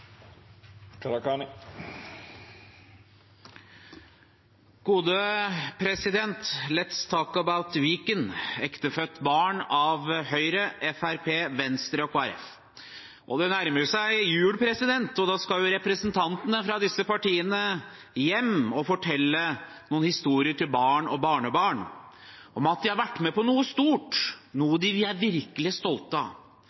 ektefødt barn av Høyre, Fremskrittspartiet, Venstre og Kristelig Folkeparti. Det nærmer seg jul, og da skal representantene fra disse partiene hjem og fortelle noen historier til barn og barnebarn om at de har vært med på noe stort, noe de er virkelig stolte av